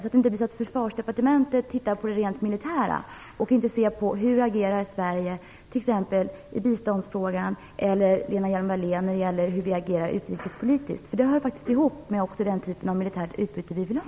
Det får inte bli så att Försvarsdepartementet tittar på det rent militära och inte ser hur Sverige agerar i t.ex. biståndsfrågor eller hur Lena Hjelm-Wallén agerar utrikespolitiskt. Det hör faktiskt ihop med den typ av militärt utbyte som vi vill ha.